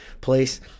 place